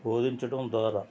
బోధించడం ద్వారా